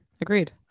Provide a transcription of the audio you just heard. Agreed